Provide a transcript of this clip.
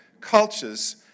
Cultures